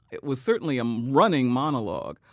it was certainly a running monologue.